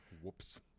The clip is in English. Whoops